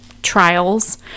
trials